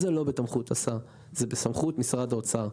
זה לא בסמכות השר, זה בסמכות משרד האוצר.